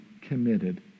committed